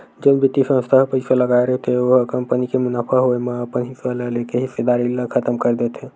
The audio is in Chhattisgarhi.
जउन बित्तीय संस्था ह पइसा लगाय रहिथे ओ ह कंपनी के मुनाफा होए म अपन हिस्सा ल लेके हिस्सेदारी ल खतम कर देथे